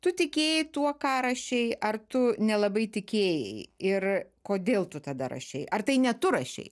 tu tikėjai tuo ką rašei ar tu nelabai tikėjai ir kodėl tu tada rašei ar tai ne tu rašei